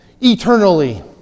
eternally